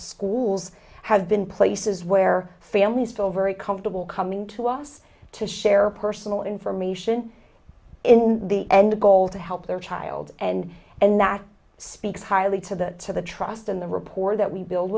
schools have been places where families feel very comfortable coming to us to share personal information in the end a goal to help their child and and that speaks highly to the to the trust in the report that we build